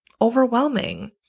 overwhelming